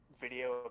video